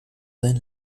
sein